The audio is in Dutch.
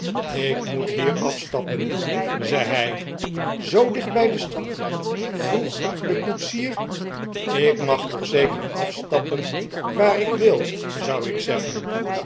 ik moet hier afstappen zei hij zoo dicht bij de stad vroeg de koetsier ik mag toch zeker afstappen waar ik wil zou ik denken